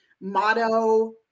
motto